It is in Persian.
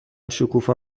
شکوفا